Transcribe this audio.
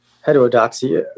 heterodoxy